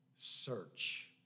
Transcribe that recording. Search